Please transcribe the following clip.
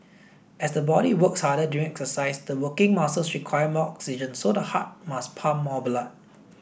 as the body works harder during exercise the working muscles require more oxygen so the heart must pump more blood